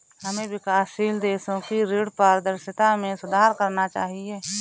हमें विकासशील देशों की ऋण पारदर्शिता में सुधार करना चाहिए